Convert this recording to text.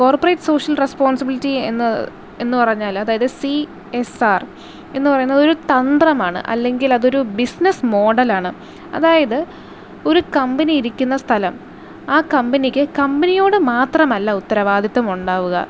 corporate social responsibility എന്ന് എന്ന് പറഞ്ഞാല് അതായത് സി എസ് ആർ എന്ന് പറയുന്നത് ഒരു തന്ത്രമാണ് അല്ലെങ്കിൽ അതൊര് ബിസിനസ്സ് മോഡലാണ് അതായത് ഒരു കമ്പനി ഇരിക്കുന്ന സ്ഥലം ആ കമ്പനിക്ക് കമ്പനിയോട് മാത്രമല്ല ഉത്തരവാദിത്തം ഉണ്ടാവുക